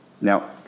Now